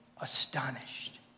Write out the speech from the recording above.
astonished